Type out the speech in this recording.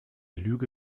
lüge